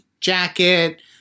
jacket